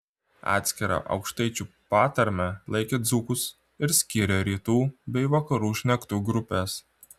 atskira aukštaičių patarme laikė dzūkus ir skyrė rytų bei vakarų šnektų grupes